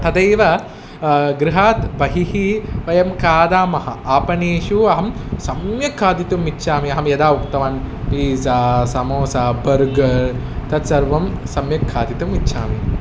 तथैव गृहात् बहिः वयं खादामः आपणेषु अहं सम्यक् खादितुम् इच्छामि अहं यदा उक्तवान् पीज़ा समोसा बर्गर् तत्सर्वं सम्यक् खादितुम् इच्छामि